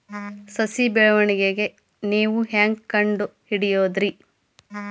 ಸಸಿ ಬೆಳವಣಿಗೆ ನೇವು ಹ್ಯಾಂಗ ಕಂಡುಹಿಡಿಯೋದರಿ?